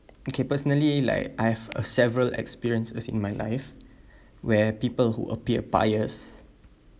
okay personally like I've a several experience as in my life where people who appeared pious